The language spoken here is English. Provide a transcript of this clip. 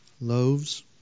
Loaves